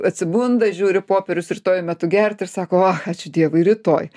atsibunda žiūri popierius rytoj metu gerti ir sako ačiū dievui rytoj